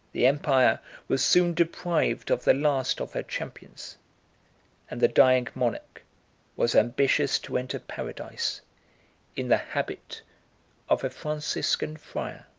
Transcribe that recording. the empire was soon deprived of the last of her champions and the dying monarch was ambitious to enter paradise in the habit of a franciscan friar.